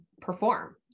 perform